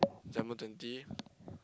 December twenty